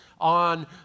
on